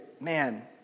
man